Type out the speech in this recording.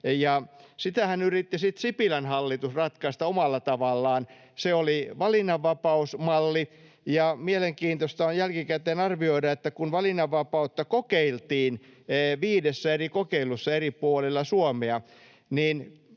Sitähän yritti sitten Sipilän hallitus ratkaista omalla tavallaan. Se oli valinnanvapausmalli. On mielenkiintoista jälkikäteen arvioida, että kun valinnanvapautta kokeiltiin viidessä eri kokeilussa eri puolilla Suomea, niin